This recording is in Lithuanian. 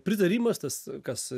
pritarimas tas kas